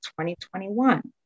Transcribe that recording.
2021